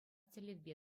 тӗллевпе